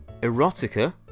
erotica